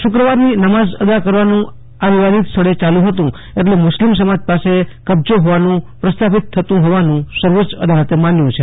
શુક્રવારની નમાઝ અદા કરવાનું આ વિવાદીત સ્થળે યાલુ હતુ એટલે મુસ્લીમ સમાજ પાસે કબજો હોવાનું પ્રસ્થાપિત થતો હોવાનું સર્વોચ્ય અદાલતે માન્યું છે